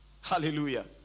Hallelujah